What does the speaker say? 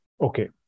Okay